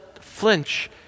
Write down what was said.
flinch